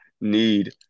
need